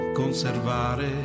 conservare